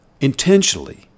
intentionally